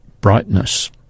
brightness